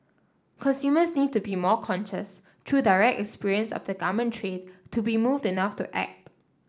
consumers need to be more conscious through direct experience of the garment trade to be moved enough to act